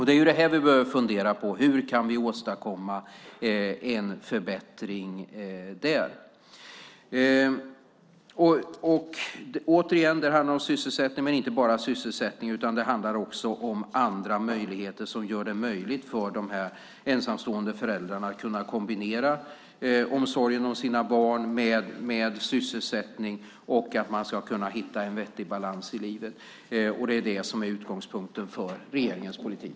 Det vi behöver fundera på är hur vi kan åstadkomma en förbättring där. Återigen: Det handlar inte bara om sysselsättning utan också om andra möjligheter - om sådant som gör det möjligt för de ensamstående föräldrarna att kombinera omsorgen om sina barn med sysselsättning och om att kunna hitta en vettig balans i livet. Herr talman! Detta är utgångspunkten för regeringens politik.